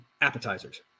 appetizers